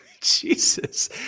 Jesus